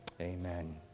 amen